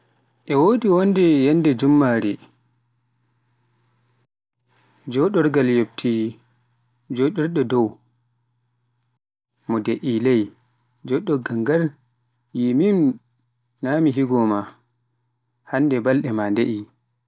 E wonde yannde jummare, jodorgal yobti joɗirinɗo dow, mo do'oi, jodorngal ngal mi min nami higo ma, hannde balɗe ma da'e.